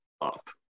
up